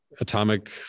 atomic